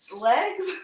legs